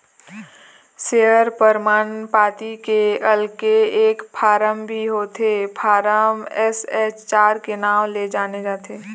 share परमान पाती के अलगे एक फारम भी होथे फारम एस.एच चार के नांव ले जाने जाथे